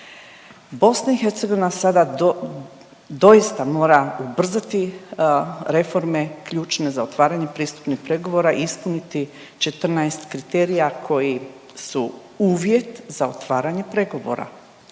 novca. BiH sada doista mora ubrzati reforme ključne za otvaranje pristupnih pregovora i ispuniti 14 kriterija koji su uvjet za otvaranje pregovora.